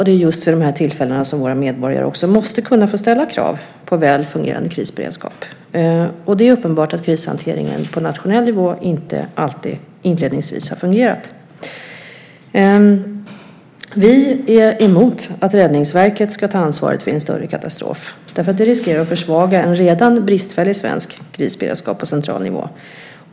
Det är just vid de här tillfällena som medborgarna måste kunna ställa krav på en väl fungerande krisberedskap. Det är uppenbart att krishanteringen på nationell nivå inte alltid inledningsvis har fungerat. Vi är emot att Räddningsverket ska ta ansvaret för en större katastrof. Det riskerar att försvaga en redan bristfällig svensk krisberedskap på central nivå.